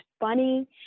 funny